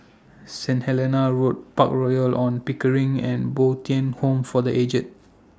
Saint Helena Road Park Royal on Pickering and Bo Tien Home For The Aged